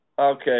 Okay